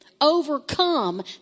overcome